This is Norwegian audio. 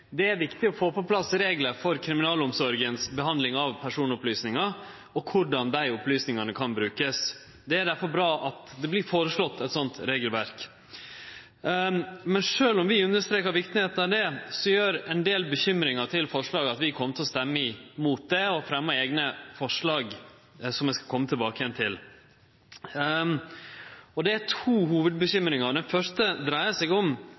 Det er viktig å få på plass reglar for kriminalomsorga si behandling av personopplysningar og korleis dei opplysningane kan brukast. Det er difor bra at det vert føreslått eit slikt regelverk. Men sjølv om vi understrekar viktigheita av det, så gjer ein del bekymringar med omsyn til forslaget at vi kjem til å stemme imot det, og vi fremmar eigne forslag, som eg skal kome tilbake til. Det er to hovudbekymringar. Den første dreier seg om